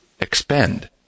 expend